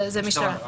זה המשטרה.